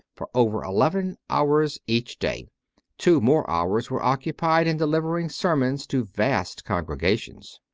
for over eleven hours each day two more hours were occupied in delivering sermons to vast congregations.